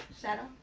shadow,